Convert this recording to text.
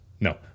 No